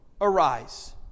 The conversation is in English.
arise